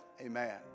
Amen